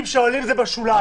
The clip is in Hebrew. אם שואלים, זה בשוליים.